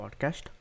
podcast